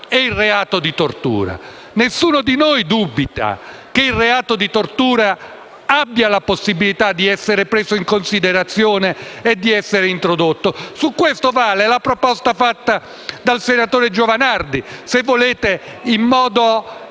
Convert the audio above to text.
e il reato di tortura? Nessuno di noi dubita che il reato di tortura abbia la possibilità di essere preso in considerazione e di essere introdotto. Da questo punto di vista, vale la proposta fatta dal senatore Giovanardi, se volete, in modo